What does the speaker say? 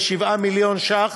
ב-7 מיליון שקל.